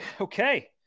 okay